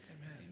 Amen